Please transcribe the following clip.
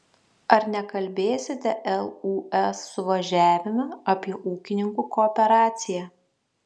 ar nekalbėsite lūs suvažiavime apie ūkininkų kooperaciją